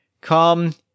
Come